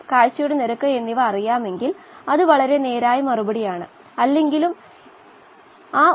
ദ്രാവകത്തിൽ നിന്ന് ഓക്സിജൻ പുറത്തേക്ക് പോകണമെങ്കിൽ സൂപ്പർ പൂരിതമായ അവസ്ഥകളിൽ എത്തണം